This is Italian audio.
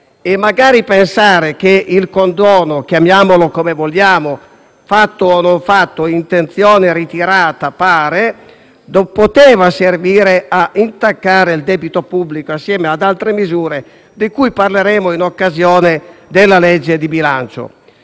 e magari pensare che il condono - chiamiamolo come vogliamo, fatto o non fatto, un'intenzione che pare ritirata - non poteva servire a intaccare il debito pubblico assieme ad altre misure, di cui parleremo in occasione della legge di bilancio.